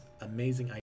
amazing